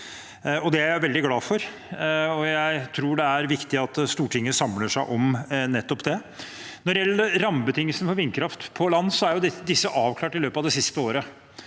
Det er jeg veldig glad for, og jeg tror det er viktig at Stortinget samler seg om nettopp det. Når det gjelder rammebetingelsene for vindkraft på land, er de avklart i løpet av det siste året.